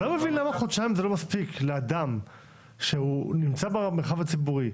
אני לא מבין למה חודשיים לא מספיק לאדם שנמצא במרחב הציבורי.